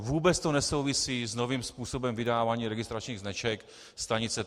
Vůbec to nesouvisí s novým způsobem vydávání registračních značek STK.